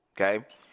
okay